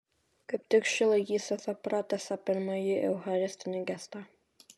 kaip tik ši laikysena pratęsia pirmąjį eucharistinį gestą